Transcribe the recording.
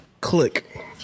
click